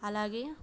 అలాగే